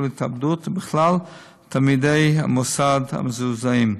להתאבדות ובכלל תלמידי המוסד המזועזעים.